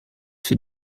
für